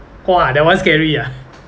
!wah! that one scary ah